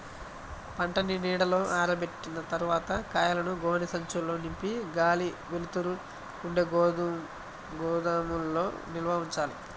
పంటని నీడలో ఆరబెట్టిన తర్వాత కాయలను గోనె సంచుల్లో నింపి గాలి, వెలుతురు ఉండే గోదాముల్లో నిల్వ ఉంచాలి